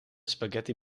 spaghetti